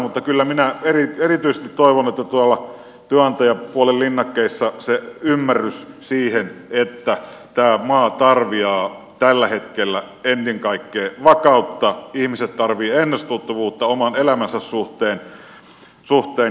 mutta kyllä minä erityisesti toivon että tuolla työnantajapuolen linnakkeessa löytyy se ymmärrys siihen että tämä maa tarvitsee tällä hetkellä ennen kaikkea vakautta ihmiset tarvitsevat ennustettavuutta oman elämänsä suhteen